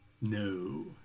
No